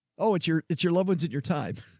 oh, it's your, it's your loved ones at your time,